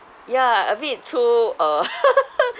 ya a bit too uh